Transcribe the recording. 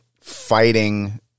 fighting